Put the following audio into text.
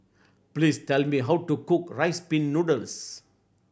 please tell me how to cook Rice Pin Noodles